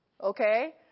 okay